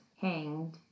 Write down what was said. hanged